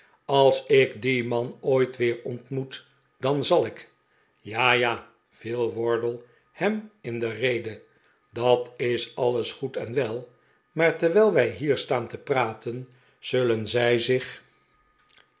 als ik dien man ooit weer ontmoet dan zal ik ja jal viel wardle hem in de rade f dat is alles goed en wel maar terwijl wij hier staan te praten zullen zij zich